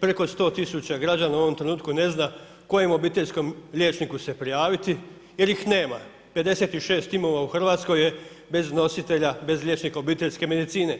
preko 100 000 građana u ovom trenutku ne zna kojem obiteljskom liječniku se prijaviti jer ih nema, 56 timova u Hrvatskoj je bez nositelja, bez liječnika obiteljske medicine.